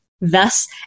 thus